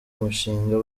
umushinga